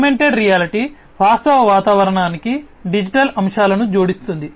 augmented reality వాస్తవ వాతావరణానికి digital అంశాలను జోడిస్తుంది